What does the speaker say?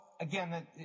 again